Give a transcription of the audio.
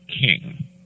king